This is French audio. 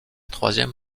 troisième